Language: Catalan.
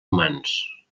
humans